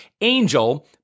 ANGEL